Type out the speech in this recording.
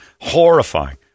Horrifying